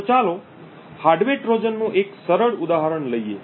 તો ચાલો હાર્ડવેર ટ્રોજનનું એક સરળ ઉદાહરણ લઈએ